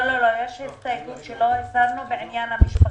יש הסתייגות שלא הסרנו בעניין המשפחתונים.